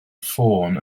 ffôn